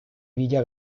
villa